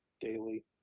daily